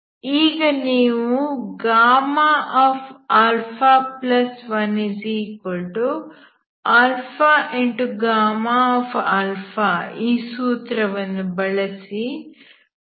ಈಗ ನೀವು α1αα ಈ ಸೂತ್ರವನ್ನು ಬಳಸಿ 2